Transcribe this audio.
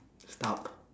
stop